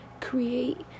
create